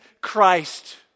Christ